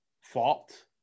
fault